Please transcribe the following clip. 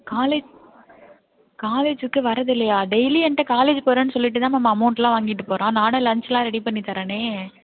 college காலேஜிக்கு வரதில்லையா daily என்கிட்ட காலேஜி போகிறேன்னு சொல்லிகிட்டுதான் மேம் அமௌண்டெலாம் வாங்கிகிட்டு போகிறான் நானும் லன்ச்யெலாம் ரெடி பண்ணி தரனே